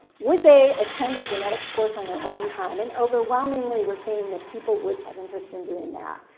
would they attend a genetics course on their own time? and overwhelmingly, we're seeing that people would have interest in doing that.